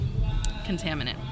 contaminant